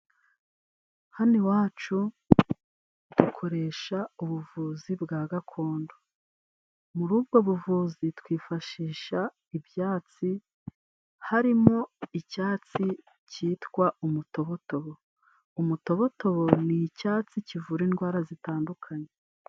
Hano iwacu dukoresha ubuvuzi bwa gakondo, muri ubwo buvuzi twifashisha ibyatsi harimo icyatsi cyitwa umutobotobo. Umutobotobo ni icyatsi kivura indwara zitandukanye.